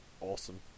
awesome